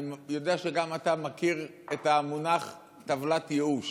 אני יודע שגם אתה מכיר את המונח טבלת ייאוש.